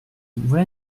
voilà